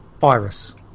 virus